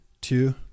two